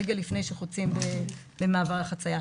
רגע לפני שחוצים במעבר החציה.